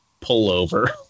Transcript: pullover